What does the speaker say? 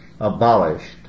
abolished